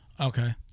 Okay